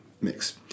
Mix